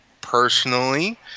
personally